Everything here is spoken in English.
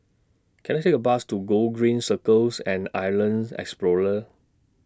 Can I Take A Bus to Gogreen Cycles and Islands Explorer